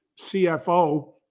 CFO